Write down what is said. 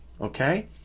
okay